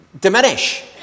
diminish